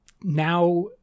now